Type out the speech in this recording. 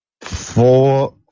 four